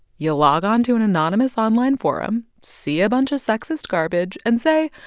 you log onto an anonymous online forum, see a bunch of sexist garbage and say,